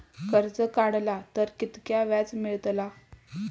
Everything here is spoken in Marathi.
कर्ज काडला तर कीतक्या व्याज मेळतला?